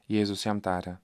jėzus jam tarė